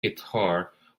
guitar